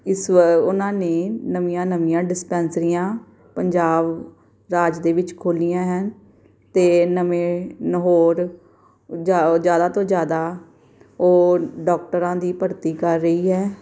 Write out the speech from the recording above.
ਇਸ ਵ ਉਹਨਾਂ ਨੇ ਨਵੀਆਂ ਨਵੀਆਂ ਡਿਸਪੈਂਸਰੀਆਂ ਪੰਜਾਬ ਰਾਜ ਦੇ ਵਿੱਚ ਖੋਲ੍ਹੀਆਂ ਹੈ ਅਤੇ ਨਵੇਂ ਹੋਰ ਜ ਜ਼ਿਆਦਾ ਤੋਂ ਜ਼ਿਆਦਾ ਉਹ ਡਾਕਟਰਾਂ ਦੀ ਭਰਤੀ ਕਰ ਰਹੀ ਹੈ